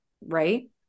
right